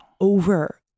over